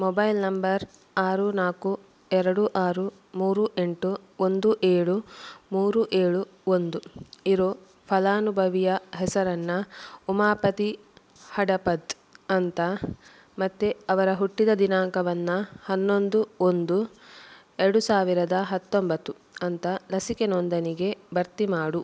mobile number ಆರು ನಾಲ್ಕು ಎರಡು ಆರು ಮೂರು ಎಂಟು ಒಂದು ಏಳು ಮೂರು ಏಳು ಒಂದು ಇರೋ ಫಲಾನುಭವಿಯ ಹೆಸರನ್ನ ಉಮಾಪತಿ ಹಡಪದ್ ಅಂತ ಮತ್ತೆ ಅವರ ಹುಟ್ಟಿದ ದಿನಾಂಕವನ್ನ ಹನ್ನೊಂದು ಒಂದು ಎರಡು ಸಾವಿರದ ಹತ್ತೊಂಬತ್ತು ಅಂತ ಲಸಿಕೆ ನೋಂದಣಿಗೆ ಭರ್ತಿ ಮಾಡು